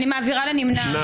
הצבעה לא אושרה נפל.